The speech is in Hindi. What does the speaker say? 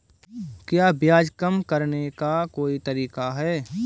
क्या ब्याज कम करने का कोई तरीका है?